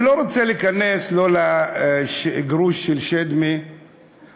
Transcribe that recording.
אני לא רוצה להיכנס לא לגרוש של שדמי ולא